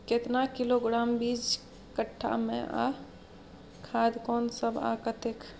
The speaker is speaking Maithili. केतना किलोग्राम बीज कट्ठा मे आ खाद कोन सब आ कतेक?